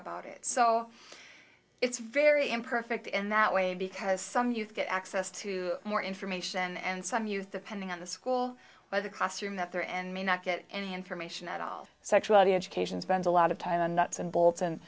about it so it's very imperfect in that way because some youth get access to more information and some youth depending on the school where the classroom that they're and may not get any information at all sexuality education spends a lot of time on nuts and bolts and